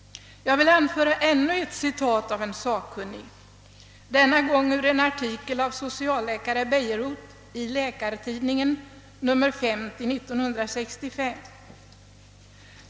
Jag vill anföra ännu ett citat av en sakkunnig, denna gång ur en artikel av socialläkare Bejerot i Läkartidningen, nr 50 år 1965.